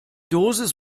dosis